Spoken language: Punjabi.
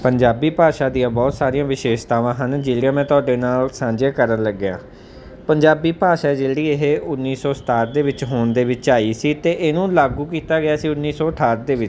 ਪੰਜਾਬੀ ਭਾਸ਼ਾ ਦੀਆਂ ਬਹੁਤ ਸਾਰੀਆਂ ਵਿਸ਼ੇਸ਼ਤਾਵਾਂ ਹਨ ਜਿਹੜੀਆਂ ਮੈਂ ਤੁਹਾਡੇ ਨਾਲ ਸਾਂਝੀਆਂ ਕਰਨ ਲੱਗਿਆਂ ਪੰਜਾਬੀ ਭਾਸ਼ਾ ਜਿਹੜੀ ਇਹ ਉੱਨੀ ਸੌ ਸਤਾਹਠ ਦੇ ਵਿੱਚ ਹੋਂਦ ਦੇ ਵਿੱਚ ਆਈ ਸੀ ਅਤੇ ਇਹਨੂੰ ਲਾਗੂ ਕੀਤਾ ਗਿਆ ਸੀ ਉੱਨੀ ਸੌ ਅਠਾਹਠ ਦੇ ਵਿੱਚ